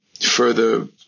further